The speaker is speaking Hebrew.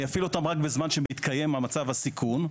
אני אפעיל אותן רק בזמן שמתקיים מצב סיכון,